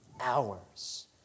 Hours